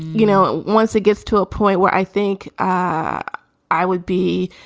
you know, once it gets to a point where i think i i would be,